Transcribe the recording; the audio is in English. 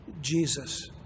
Jesus